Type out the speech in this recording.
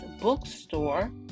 Bookstore